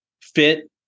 fit